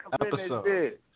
episode